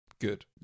Good